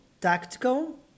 tactical